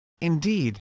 Indeed